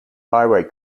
highway